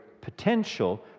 potential